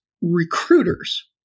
recruiters